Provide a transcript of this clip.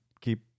keep